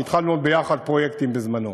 שהתחלנו עוד ביחד פרויקטים בזמנו,